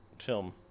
film